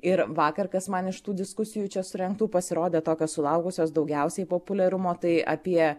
ir vakar kas man iš tų diskusijų čia surengtų pasirodė tokios sulaukusios daugiausiai populiarumo tai apie